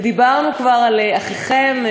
ודיברנו כבר על אחיכם,